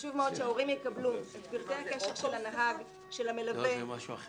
חשוב מאוד שפרטי הנהג, פרטי המלווה, פרטי מסלול